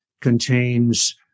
contains